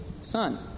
son